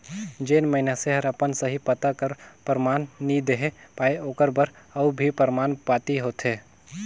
जेन मइनसे हर अपन सही पता कर परमान नी देहे पाए ओकर बर अउ भी परमान पाती होथे